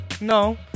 No